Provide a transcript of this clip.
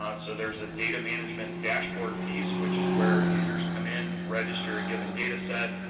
um so there's a data management dashboard piece which is where users come in, register a given data set,